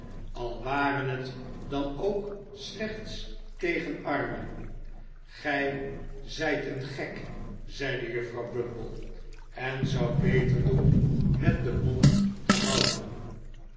al ware het dan ook slechts tegen armen oij zijt een gek zeide juffrouw bumble en zoudt beter doen met je mond te houden